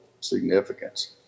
significance